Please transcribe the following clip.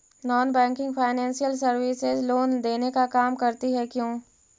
Non banking financial services loan देने का काम करती है क्यू?